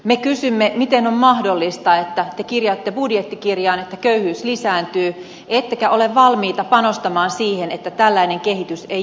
me kysymme miten on mahdollista että te kirjaatte budjettikirjaan että köyhyys lisääntyy ettekä ole valmiita panostamaan siihen että tällainen kehitys ei jatkuisi